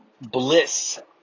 bliss